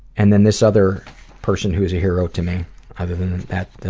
and then this other person who is a hero to me other than that,